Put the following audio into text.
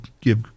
give